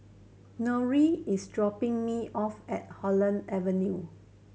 Norine is dropping me off at Holland Avenue